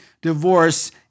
Divorce